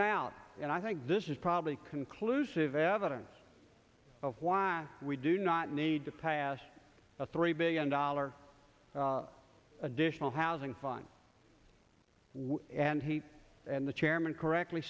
point out and i think this is probably conclusive evidence of why we do not need to pass a three billion dollar additional housing fine and he and the chairman correctly